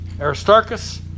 Aristarchus